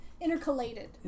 Intercalated